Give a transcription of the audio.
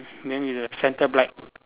then the centre black